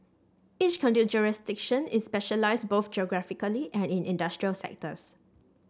each conduit jurisdiction is specialised both geographically and in industrial sectors